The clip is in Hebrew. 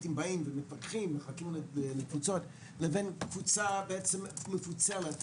סטודנטים באים ומתווכחים לבין קבוצה מפוצלת,